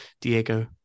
Diego